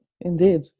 Indeed